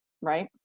Right